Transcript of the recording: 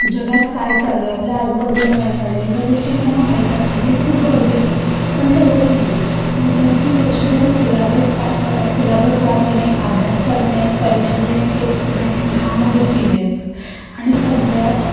जगात काय चालू आहे आपल्या आजूबाजूला काय चालू आहे ह्या गोष्टी त्यांना माहीतच नाही हे खूप गरजेचं आहे पण ते होत नाही आहे विद्यार्थी वर्षभर सिलॅबस पाठ कर सिलॅबस वाचणे अभ्यास करणे परीक्षा देणे टेस्ट देणे ह्यामध्येच बिझी असतात आणि सगळ्यात